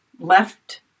left